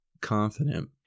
confident